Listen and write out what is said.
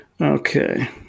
Okay